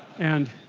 and